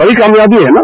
बड़ी कामयाबी है न